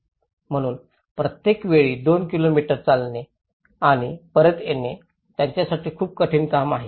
म्हणून प्रत्येक वेळी दोन किलोमीटर चालणे आणि परत येणे त्यांच्यासाठी खूप कठीण काम आहे